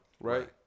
Right